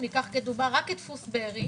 ניקח כדוגמה את דפוס בארי